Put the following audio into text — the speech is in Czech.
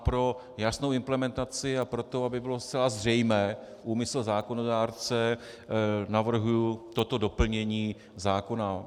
Pro jasnou implementaci a pro to, aby byl zcela zřejmý úmysl zákonodárce, navrhuji toto doplnění zákona.